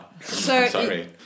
sorry